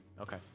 Okay